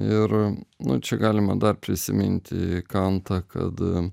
ir nu čia galima dar prisiminti kantą kad